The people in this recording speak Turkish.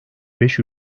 beş